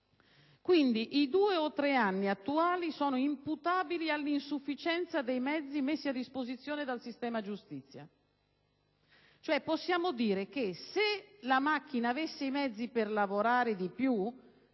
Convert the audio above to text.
Quindi, i due o tre anni attuali sono imputabili all'insufficienza dei mezzi messi a disposizione del sistema giustizia. Possiamo dunque affermare che, se la macchina avesse i mezzi per lavorare di più